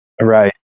Right